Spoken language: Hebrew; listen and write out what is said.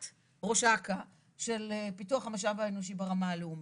את ראש אכ"א של פיתוח המשאב האנושי ברמה הלאומית.